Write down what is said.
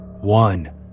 One